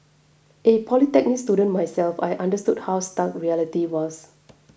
a polytechnic student myself I understood how stark reality was